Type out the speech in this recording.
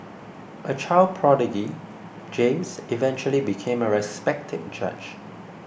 a child prodigy James eventually became a respected judge